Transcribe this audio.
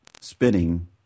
spinning